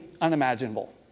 unimaginable